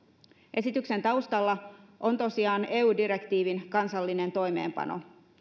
esityksen taustalla on tosiaan eu direktiivin kansallinen toimeenpano